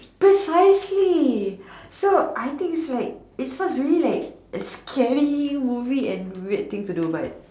precisely so I think is like is sounds really like a scary movie and a weird thing to do but